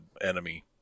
enemy